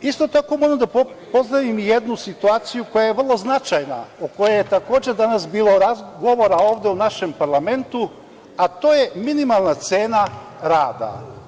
Isto tako moram da pozdravim i jednu situaciju koja je vrlo značajna, o kojoj je takođe danas bilo razgovora ovde u našem Parlamentu, a to je minimalna cena rada.